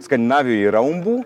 skandinavijoj yra umbų